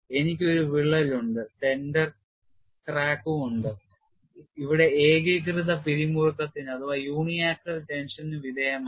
എനിക്ക് ഒരു വിള്ളൽ ഉണ്ട് center crack ഉണ്ട് ഇവിടെ ഏകീകൃത പിരിമുറുക്കത്തിന് വിധേയമാണ്